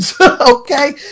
Okay